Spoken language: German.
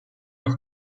noch